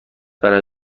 برای